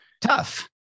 tough